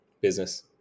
business